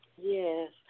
Yes